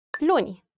Luni